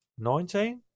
19